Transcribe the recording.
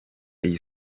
iyi